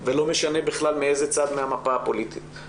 ולא משנה מאיזה צד של המפה הפוליטית הם.